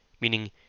meaning